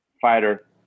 fighter